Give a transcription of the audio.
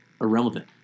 irrelevant